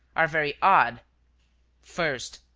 are very odd first,